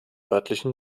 örtlichen